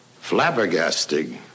flabbergasting